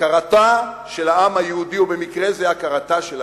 הכרתו של העם היהודי, ובמקרה זה הכרתה של הכנסת,